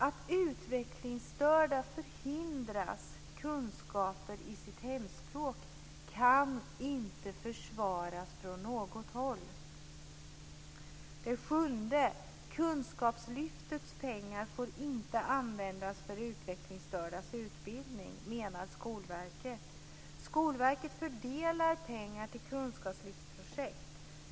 Att utvecklingsstörda förhindras att få kunskaper i sitt hemspråk kan inte försvaras från något håll. 7. Kunskapslyftets pengar får inte användas för utvecklingsstördas utbildning, menar Skolverket. Skolverket fördelar pengar till kunskapslyftets projekt.